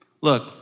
Look